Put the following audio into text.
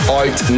out